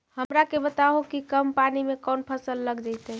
हमरा के बताहु कि कम पानी में कौन फसल लग जैतइ?